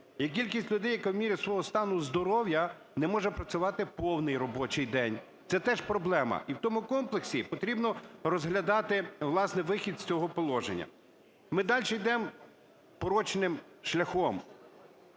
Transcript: кількість людей, яка в міру свого стану здоров'я не може працювати повний робочий день. Це теж проблема. І в тому комплексі потрібно розглядати, власне, вихід з цього положення. Ми дальше йдем порочним шляхом: